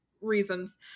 reasons